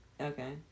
Okay